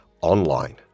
online